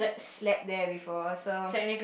slept there before so